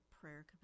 prayer